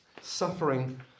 suffering